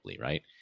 right